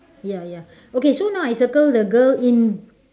ya ya okay so now I circle the girl in